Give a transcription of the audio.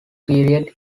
period